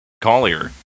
Collier